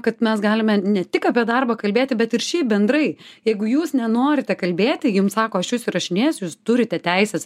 kad mes galime ne tik apie darbą kalbėti bet ir šiaip bendrai jeigu jūs nenorite kalbėti jum sako aš jus įrašinėsiu jūs turite teises